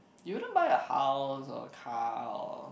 you wouldn't buy a house or a car or